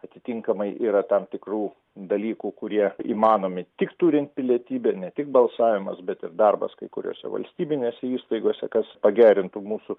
atitinkamai yra tam tikrų dalykų kurie įmanomi tik turint pilietybę ne tik balsavimas bet ir darbas kai kuriose valstybinėse įstaigose kas pagerintų mūsų